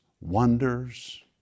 wonders